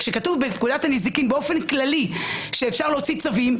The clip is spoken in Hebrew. כשכתוב בפקודת הנזיקין באופן כללי שאפשר להוציא צווים,